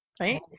right